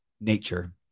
nature